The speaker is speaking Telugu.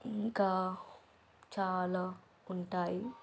ఇంకా చాలా ఉంటాయి